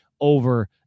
over